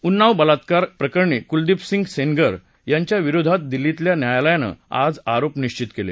उन्नाव बलात्कार आरोपी कुलदीप सिंग सेंगर याच्या विरोधात दिल्लीतल्या न्यायालयानं आज आरोप निश्वित केले